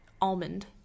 almond